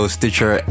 Stitcher